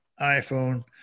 iPhone